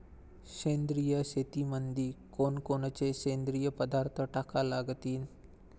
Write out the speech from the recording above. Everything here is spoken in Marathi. सेंद्रिय शेतीमंदी कोनकोनचे सेंद्रिय पदार्थ टाका लागतीन?